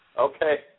Okay